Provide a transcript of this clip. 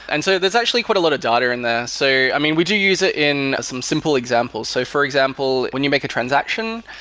and so there's actually quite a lot of data in there. so i mean, we do use it in some simple examples. so, for example, when you make a transaction,